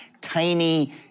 Tiny